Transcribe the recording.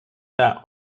that